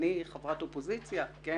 אני חברת אופוזיציה - גם